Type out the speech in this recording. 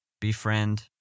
befriend